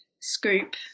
Scoop